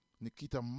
Nikita